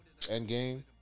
Endgame